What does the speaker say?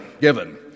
given